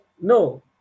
No